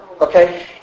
Okay